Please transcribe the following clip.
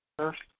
First